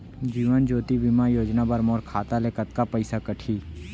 जीवन ज्योति बीमा योजना बर मोर खाता ले कतका पइसा कटही?